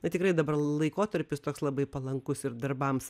na tikrai dabar laikotarpis toks labai palankus ir darbams